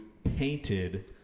painted